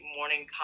Morning